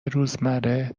روزمره